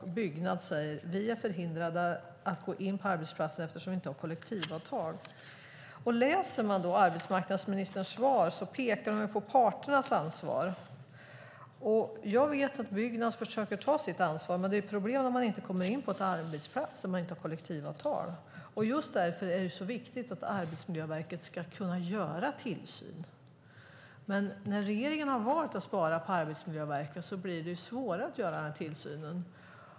Byggnads säger att de är förhindrade att gå in på arbetsplatsen eftersom de inte har kollektivavtal. I arbetsmarknadsministerns svar pekar hon på parternas ansvar. Jag vet att Byggnads försöker ta sitt ansvar, men det är ju ett problem att man inte kommer in på en arbetsplats om den inte har kollektivavtal. Just därför är det viktigt att Arbetsmiljöverket ska kunna göra tillsyn. När regeringen nu har valt att spara in på Arbetsmiljöverket blir det svårare att göra tillsyn.